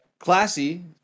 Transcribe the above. Classy